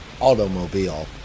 Automobile